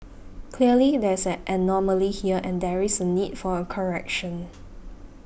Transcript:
clearly there is an anomaly here and there is a need for a correction